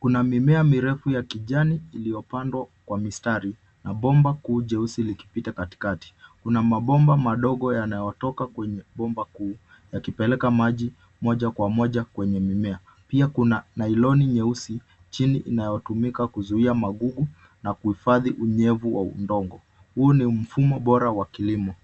kuna mimea mirefu ya kijani iliyopandwa kwa mistari na bomba kuu jeusi likipita katikati, kuna mabomba madogo yanayotoka kwenye bomba kuu yakipeleka maji moja kwa moja kwenye mimea ,pia kuna nailoni nyeusi chini inayotumika kuzuia magugu na kuhifadhi unyevu wa udongo huu ni mfumo bora wa kilimo.